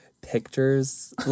pictures